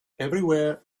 everywhere